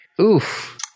Oof